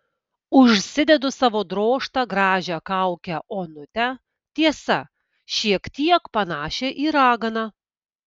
užsidedu savo drožtą gražią kaukę onutę tiesa šiek tiek panašią į raganą